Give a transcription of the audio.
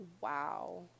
wow